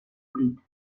fruit